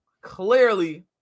Clearly